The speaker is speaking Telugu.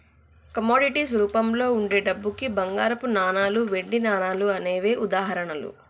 కమోడిటీస్ రూపంలో వుండే డబ్బుకి బంగారపు నాణాలు, వెండి నాణాలు అనేవే ఉదాహరణలు